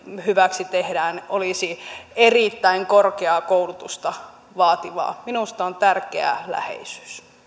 hyväksi tehdään olisi erittäin korkeaa koulutusta vaativaa minusta on tärkeää läheisyys